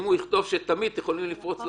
אם הוא יכתוב שתמיד אתם יכולים לפרוץ,